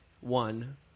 One